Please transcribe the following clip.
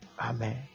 Amen